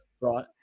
right